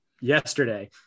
yesterday